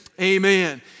amen